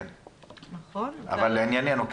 לעניינו,